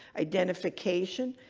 identification,